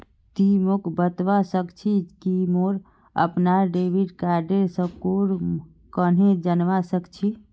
ति मोक बतवा सक छी कि मोर अपनार डेबिट कार्डेर स्कोर कँहे जनवा सक छी